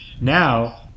now